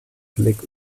blick